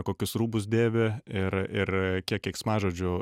kokius rūbus dėvi ir ir kiek keiksmažodžių